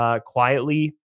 quietly